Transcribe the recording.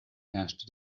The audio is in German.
herrschte